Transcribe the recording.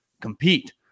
compete